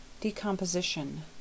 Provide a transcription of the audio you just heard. decomposition